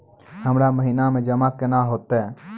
हमरा महिना मे जमा केना हेतै?